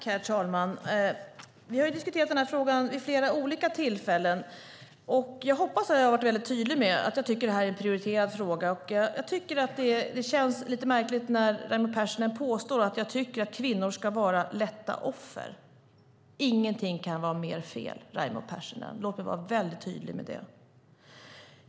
Herr talman! Vi har diskuterat den här frågan vid flera olika tillfällen. Jag hoppas att jag har varit mycket tydligt med att jag tycker att det här är en prioriterad fråga. Det känns lite märkligt när Raimo Pärssinen påstår att jag tycker att kvinnor ska vara lätta offer. Ingenting kan vara mer fel, Raimo Pärssinen. Låt mig vara väldigt tydlig med det.